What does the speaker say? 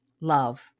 love